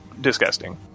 disgusting